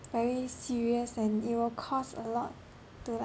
very serious and it will cost a lot to like